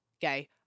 Gay